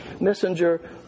Messenger